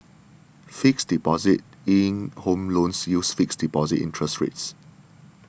fixed deposit linked home loans uses fixed deposit interest rates